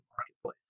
marketplace